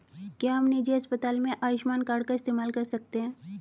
क्या हम निजी अस्पताल में आयुष्मान कार्ड का इस्तेमाल कर सकते हैं?